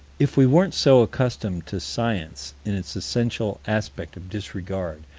if we weren't so accustomed to science in its essential aspect of disregard,